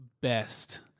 best